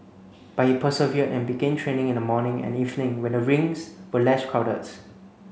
but he persevered and began training in the morning and evening when the rinks were less crowdeds